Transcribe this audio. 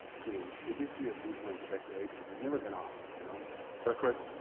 you know the history of newfoundland-quebec relations has never been awesome. you know but, of course,